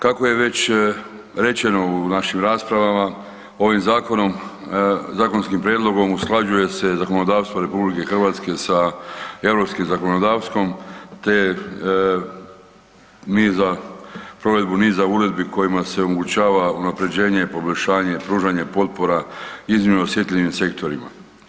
Kako je već rečeno u našim raspravama ovim zakonom, zakonskim prijedlogom usklađuje se zakonodavstvo RH sa europskim zakonodavstvom te niza, provedbu niza uredbi kojima se omogućava unapređenje, poboljšanje, pružanje potpora iznimno osjetljivim sektorima.